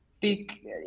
big